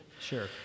Sure